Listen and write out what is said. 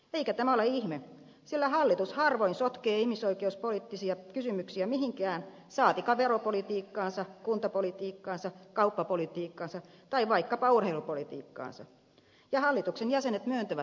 eikä tämä ole ihme sillä hallitus harvoin sotkee ihmisoikeus poliittisia kysymyksiä mihinkään saatikka veropolitiikkaansa kuntapolitiikkaansa kauppapolitiikkaansa tai vaikkapa urheilupolitiikkaansa ja hallituksen jäsenet myöntävät tämän itse